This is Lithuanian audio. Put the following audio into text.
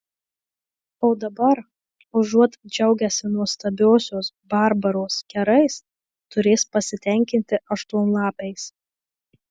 o dabar užuot džiaugęsi nuostabiosios barbaros kerais turės pasitenkinti aštuonlapiais